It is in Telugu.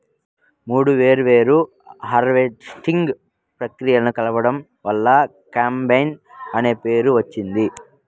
మూడు వేర్వేరు హార్వెస్టింగ్ ప్రక్రియలను కలపడం వల్ల కంబైన్ అనే పేరు వచ్చింది